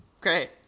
Great